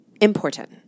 Important